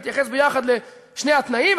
ואתייחס ביחד לשני התנאים,